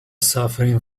suffering